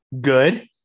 Good